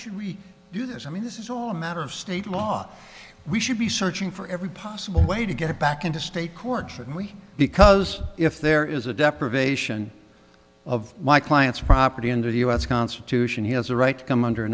should we do this i mean this is all a matter of state law we should be searching for every possible way to get back into state court should we because if there is a deprivation of my client's property under the u s constitution he has a right to come under